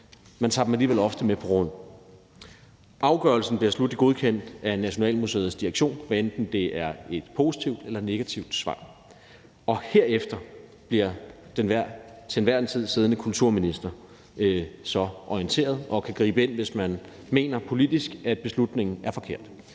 man tager det alligevel ofte med på råd. Afgørelsen bliver sluttelig godkendt af Nationalmuseets direktion, hvad enten det er et positivt eller negativt svar. Herefter bliver den til enhver tid siddende kulturminister så orienteret og kan gribe ind, hvis man politisk mener, at beslutningen er forkert.